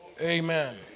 Amen